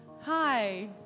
Hi